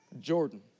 Jordan